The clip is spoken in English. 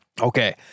Okay